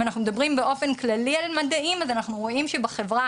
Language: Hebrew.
אם אנחנו מדברים באופן כללי על מדעים אז אנחנו רואים שבחברה